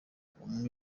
umwe